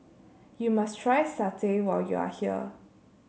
you must try satay when you are here